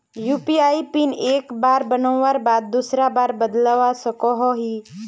UPI PIN एक बार बनवार बाद दूसरा बार बदलवा सकोहो ही?